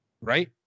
right